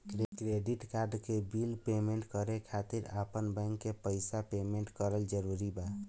Credit card के bill payment करे खातिर आपन बैंक से पईसा पेमेंट करल जरूरी बा?